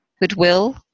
goodwill